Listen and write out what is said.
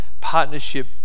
partnership